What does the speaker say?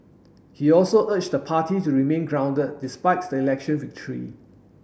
he also urged the party to remain grounded despites the election victory